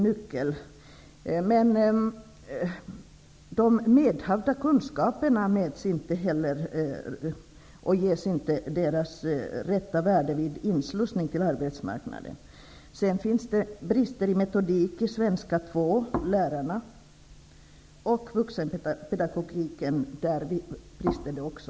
Men de medhavda kunskaperna tillmäts inte sitt rätta värde vid inslussningen på arbetsmarknaden. Vidare finns det brister i metodiken avseende ämnet svenska 2. Det gäller då lärarna. Dessutom brister det ofta i fråga om vuxenpedagogiken.